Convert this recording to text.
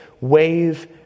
wave